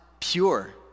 pure